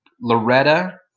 Loretta